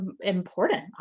important